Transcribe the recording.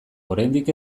oraindik